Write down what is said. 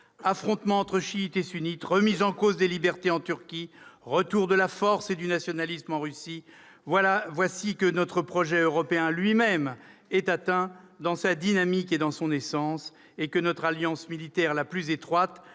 affrontement entre chiites et sunnites ; remise en cause des libertés en Turquie ; retour de la force et du nationalisme en Russie ... Et voilà que notre projet européen lui-même est atteint dans sa dynamique et dans son essence, que notre alliance militaire la plus étroite,